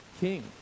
king